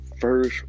first